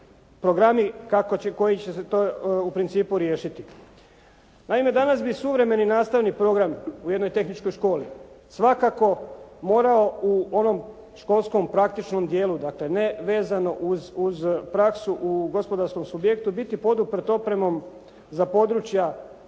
programi koji će to u principu riješiti. Naime, danas bi suvremeni nastavni program u jednoj tehničkoj školi svakako morao u ovom školskom praktičnom djelu, dakle ne vezano uz praksu u gospodarskom subjektu biti poduprt opremom za područja